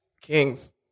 kings